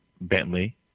Bentley